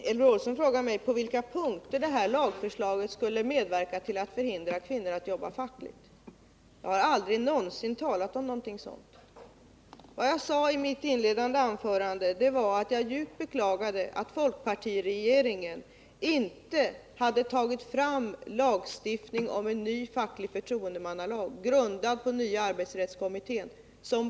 Herr talman! Elver Jonsson ville veta på vilka punkter detta förslag skulle hindra kvinnor från att jobba fackligt. Jag har aldrig någonsin talat om något sådant. Vad jag sade i mitt inledande anförande var att jag djupt beklagade att folkpartiregeringen inte hade tagit fram lagstiftning om en ny facklig förtroendemannalag, grundad på nya arbetsrättskommitténs förslag.